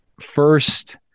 first